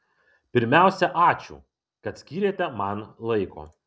pirmiausia ačiū kad skyrėte man laiko